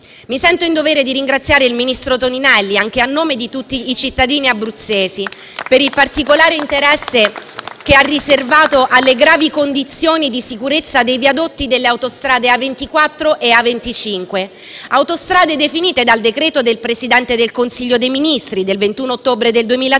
Mi sento in dovere di ringraziare il ministro Toninelli, anche a nome di tutti i cittadini abruzzesi per il particolare interesse che ha riservato alle gravi condizioni di sicurezza dei viadotti delle autostrade A24 e A25. (Applausi dal Gruppo M5S). Autostrade definite dal decreto del Presidente del Consiglio dei ministri del 21 ottobre 2003